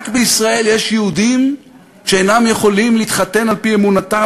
רק בישראל יש יהודים שאינם יכולים להתחתן על-פי אמונתם,